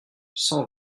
cent